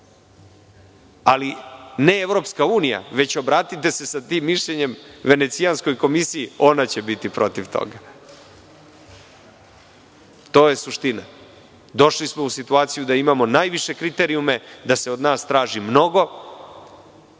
ali ne EU, već obratite se sa tim mišljenjem Venecijanskoj komisiji, ona će biti protiv toga. To je suština. Došli smo u situaciju da imamo najviše kriterijume i da se od nas traži mnogo.